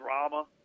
drama